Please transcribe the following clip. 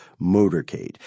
motorcade